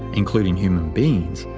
including human beings,